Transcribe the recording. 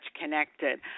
connected